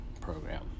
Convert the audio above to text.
Program